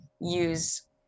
use